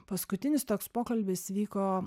paskutinis toks pokalbis vyko